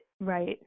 right